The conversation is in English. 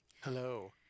Hello